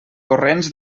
corrents